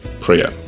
prayer